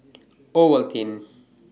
Ovaltine